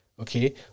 Okay